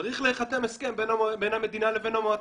צריך להיחתם הסכם בין המדינה לבין המועצה.